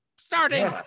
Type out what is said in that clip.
starting